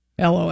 LOL